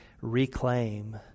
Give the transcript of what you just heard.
reclaim